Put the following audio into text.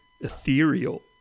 ethereal